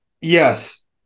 Yes